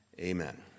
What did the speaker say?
amen